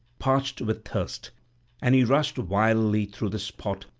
parched with thirst and he rushed wildly through this spot,